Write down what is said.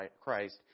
Christ